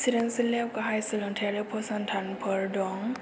चिरां जिल्लायाव गाहाय सोलोंथाइयारियाव फसंथानफोर दं